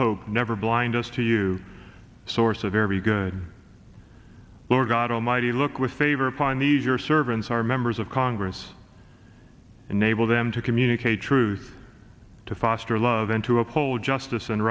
hope never blind us to you source a very good lord god almighty look with favor upon these your servants are members of congress enable them to communicate truth to foster love and to uphold justice and